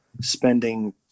spending